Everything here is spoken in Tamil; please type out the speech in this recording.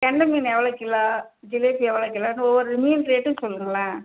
கெண்டை மீன் எவ்வளோ கிலோ ஜிலேபி எவ்வளோ கிலோ ஒவ்வொரு மீன் ரேட்டும் சொல்லுங்களேன்